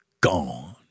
gone